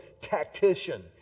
tactician